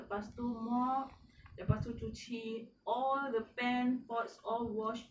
lepas tu mop lepas tu cuci all the pan pots all wash